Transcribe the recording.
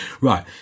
Right